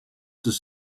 does